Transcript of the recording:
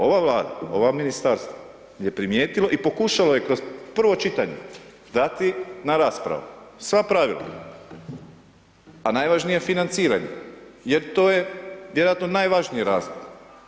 Ova Vlada, ova ministarstva, je primijetilo i pokušalo je kroz prvo čitanje dati na raspravu, sva pravila, a najvažnije financiranje, jer to je vjerojatno najvažniji razlog.